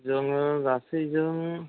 जोङो गासै जों